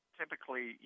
typically